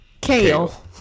Kale